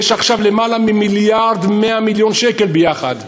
יש עכשיו יותר ממיליארד ו-100 מיליון שקל ביחד.